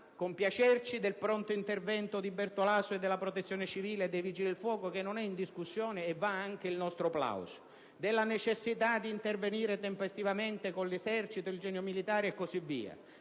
compiacerci del pronto intervento di Bertolaso, della Protezione civile e dei Vigili del fuoco - che non è in discussione e a cui va anche il nostro plauso - della necessità di intervenire tempestivamente con l'Esercito, il Genio militare e così via,